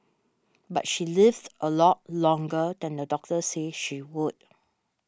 but she lived a lot longer than the doctor said she would